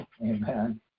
Amen